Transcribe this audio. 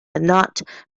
not